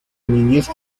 niñez